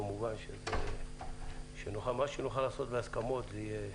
כמובן, מה שנוכל לעשות בהסכמות זה יהיה עדיף,